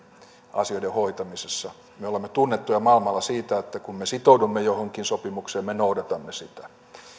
asioiden hoitamisessa me olemme tunnettuja maailmalla siitä että kun me sitoudumme johonkin sopimukseen me noudatamme sitä